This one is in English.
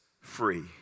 free